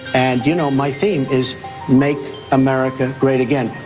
and you know my theme is make america great again,